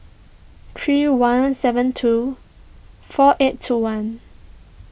three one seven two four eight two one